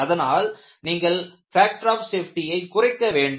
அதனால் நீங்கள் factor of சேஃப்டியை குறைக்க வேண்டும்